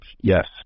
yes